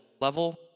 level